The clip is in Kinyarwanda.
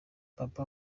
papa